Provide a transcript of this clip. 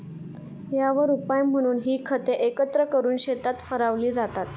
यावर उपाय म्हणून ही खते एकत्र करून शेतात फवारली जातात